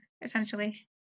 essentially